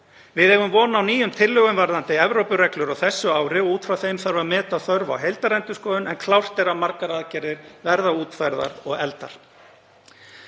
Við eigum von á nýjum tillögum varðandi Evrópureglur á þessu ári og út frá þeim þarf að meta þörf á heildarendurskoðun en klárt er að margar aðgerðir verða útfærðar og efldar.